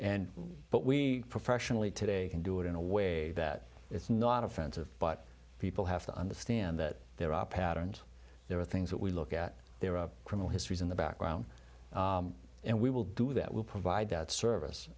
and but we professionally today can do it in a way that it's not offensive but people have to understand that there are patterns there are things that we look at their criminal histories in the background and we will do that will provide that service